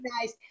nice